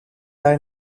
hij